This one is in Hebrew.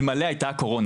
אלמלא הקורונה.